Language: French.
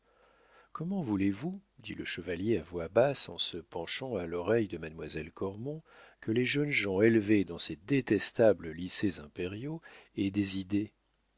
comment voulez-vous dit le chevalier à voix basse en se penchant à l'oreille de mademoiselle cormon que les jeunes gens élevés dans ces détestables lycées impériaux aient des idées